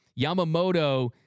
Yamamoto